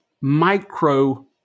micro